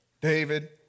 David